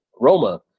Roma